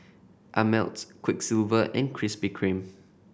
Ameltz Quiksilver and Krispy Kreme